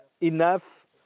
enough